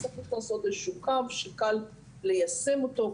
צריך לעשות איזשהו קו שקל ליישם אותו,